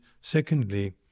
secondly